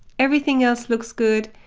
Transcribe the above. everything else looks good.